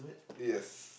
yes